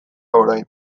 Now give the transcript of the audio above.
orain